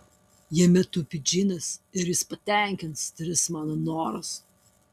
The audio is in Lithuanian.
jame tupi džinas ir jis patenkins tris mano norus